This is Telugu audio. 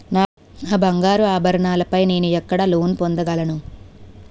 నా బంగారు ఆభరణాలపై నేను ఎక్కడ లోన్ పొందగలను?